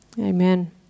amen